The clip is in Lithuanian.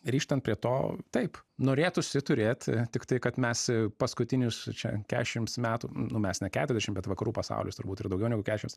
grįžtant prie to taip norėtųsi turėt tiktai kad mes paskutinius čia kešims metų nu mes ne keturiasdešimt bet vakarų pasaulis turbūt ir daugiau nei kešimt